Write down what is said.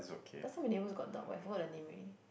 last time my neighbours got dog but I forgot the name already